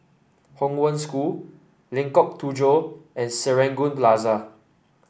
Hong Wen School Lengkok Tujoh and Serangoon Plaza